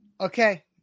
Okay